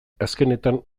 azkenetan